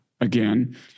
again